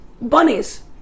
bunnies